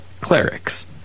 clerics